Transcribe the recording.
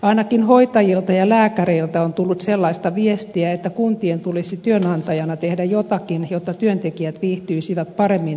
ainakin hoitajilta ja lääkäreiltä on tullut sellaista viestiä että kuntien tulisi työnantajina tehdä jotakin jotta työntekijät viihtyisivät paremmin työssään